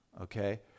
okay